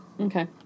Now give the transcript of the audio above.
Okay